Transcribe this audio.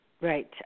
Right